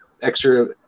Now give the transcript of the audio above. extra